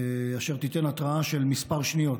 אשר תיתן התרעה של כמה שניות,